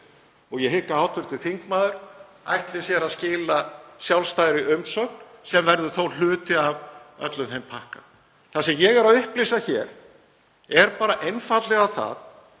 Ég hygg að hv. þingmaður ætli sér að skila sjálfstæðri umsögn, sem verður þó hluti af öllum þeim pakka. Það sem ég er að upplýsa hér er einfaldlega það